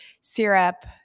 syrup